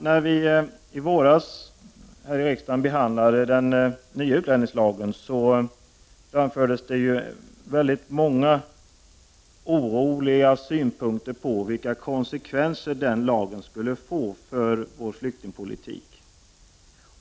När vi i våras här i riksdagen behandlade den nya utlänningslagen, framfördes det väldigt många oroliga synpunkter på vilka konsekvenser den lagen skulle få för vår flyktingpolitik.